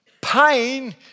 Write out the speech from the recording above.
Pain